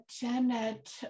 Janet